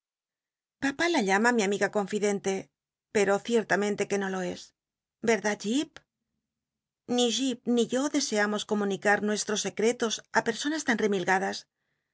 papa la llama mi amiga conr denle pero cicrlamente que no jo cs verdad j ip ni jip ni yo deseamos com un icar nuestros secretos a personas tan remilgadas